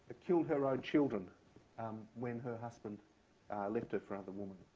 killed her own children um when her husband left her for another woman.